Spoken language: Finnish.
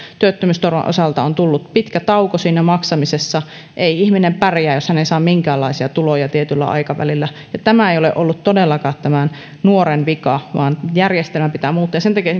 työttömyysturvan osalta on tullut pitkä tauko siinä maksamisessa ei ihminen pärjää jos hän ei saa minkäänlaisia tuloja tietyllä aikavälillä tämä ei ole ollut todellakaan tämän nuoren vika vaan järjestelmän pitää muuttua sen takia